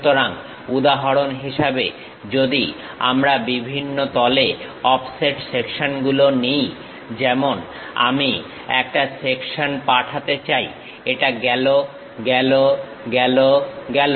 সুতরাং উদাহরণ হিসেবে যদি আমরা বিভিন্ন তলে অফসেট সেকশনগুলো নিই যেমন আমি একটা সেকশন পাঠাতে চাই এটা গেল গেল গেল গেল